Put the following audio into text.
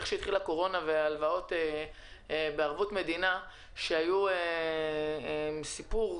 ערבויות המדינה היו גם סיפור,